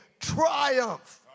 triumph